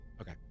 Okay